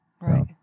Right